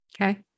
Okay